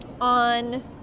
on